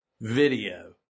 video